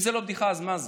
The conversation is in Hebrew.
אם זה לא בדיחה, אז מה זה?